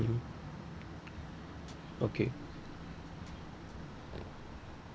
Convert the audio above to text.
mmhmm okay